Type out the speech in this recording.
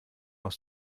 aus